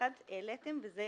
אחת העליתם, וזו